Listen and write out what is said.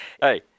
Hey